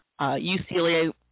UCLA